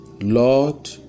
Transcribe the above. Lord